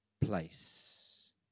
place